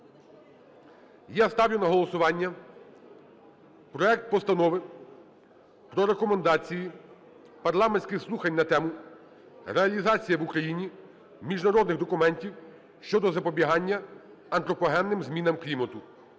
я ставлю на голосування проект Постанови про Рекомендації парламентських слухань на тему: "Реалізація в Україні міжнародних документів щодо запобігання антропогенним змінам клімату"